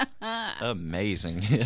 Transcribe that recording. Amazing